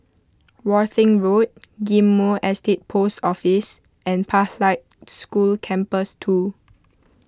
Worthing Road Ghim Moh Estate Post Office and Pathlight School Campus two